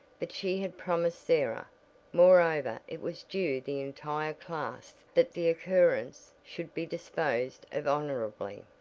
but she had promised sarah moreover it was due the entire class that the occurrence should be disposed of honorably.